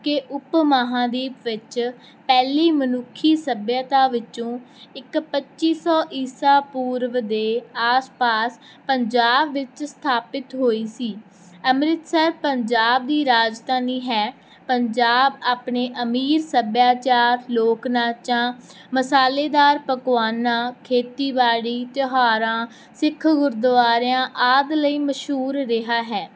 ਕਿ ਉਪ ਮਹਾਂਦੀਪ ਵਿੱਚ ਪਹਿਲੀ ਮਨੁੱਖੀ ਸੱਭਿਅਤਾ ਵਿੱਚੋਂ ਇੱਕ ਪੱਚੀ ਸੌ ਈਸਾ ਪੂਰਵ ਦੇ ਆਸ ਪਾਸ ਪੰਜਾਬ ਵਿੱਚ ਸਥਾਪਿਤ ਹੋਈ ਸੀ ਅੰਮ੍ਰਿਤਸਰ ਪੰਜਾਬ ਦੀ ਰਾਜਧਾਨੀ ਹੈ ਪੰਜਾਬ ਆਪਣੇ ਅਮੀਰ ਸੱਭਿਆਚਾਰ ਲੋਕ ਨਾਚਾਂ ਮਸਾਲੇਦਾਰ ਪਕਵਾਨਾਂ ਖੇਤੀਬਾੜੀ ਤਿਉਹਾਰਾਂ ਸਿੱਖ ਗੁਰਦੁਆਰਿਆਂ ਆਦਿ ਲਈ ਮਸ਼ਹੂਰ ਰਿਹਾ ਹੈ